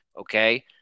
okay